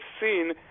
seen